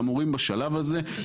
שאמורים בשלב הזה ---.